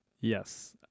Yes